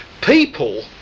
people